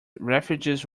refugees